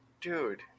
dude